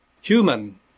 Human